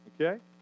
Okay